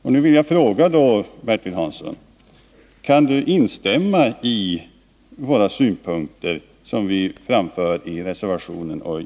Jag vill därför fråga Bertil Hansson om han i dag kan instämma i de synpunkter som vi framför i motionen och reservationen 2.